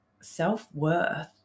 self-worth